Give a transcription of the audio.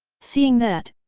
seeing that,